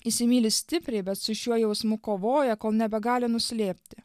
įsimyli stipriai bet su šiuo jausmu kovoja kol nebegali nuslėpti